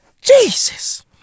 Jesus